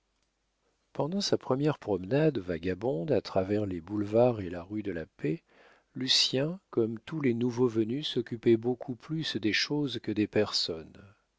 pendant sa première promenade vagabonde à travers les boulevards et la rue de la paix lucien comme tous les nouveaux venus s'occupa beaucoup plus des choses que des personnes